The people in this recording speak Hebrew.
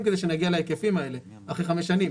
כדי שנגיע להיקפים האלה אחרי חמש שנים.